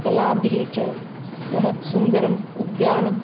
कलाभिः च सः सुन्दरम् उद्यानं